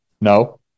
no